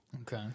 Okay